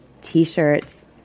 T-shirts